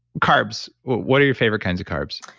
carbs, what are your favorite kinds of carbs?